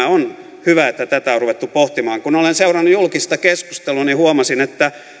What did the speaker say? on hyvä että tätä on ruvettu pohtimaan kun olen seurannut julkista keskustelua niin huomasin että